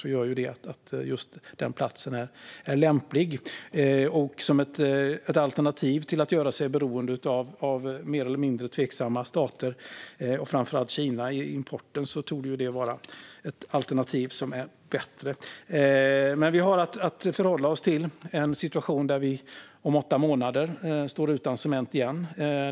Det gör att denna plats är lämplig. Som ett alternativ till att göra sig beroende av mer eller mindre tveksamma stater, framför allt Kina, i importen torde det vara ett alternativ som är bättre. Vi har att förhålla oss till en situation där vi om åtta månader står utan cement igen.